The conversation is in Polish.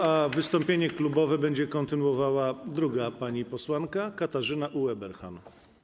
A wystąpienie klubowe będzie kontynuowała druga pani posłanka, Katarzyna Ueberhan.